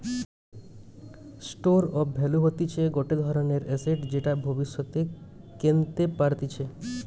store of value হতিছে গটে ধরণের এসেট যেটা ভব্যিষতে কেনতে পারতিছে